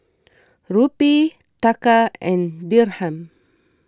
Rupee Taka and Dirham